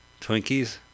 Twinkies